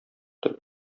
тел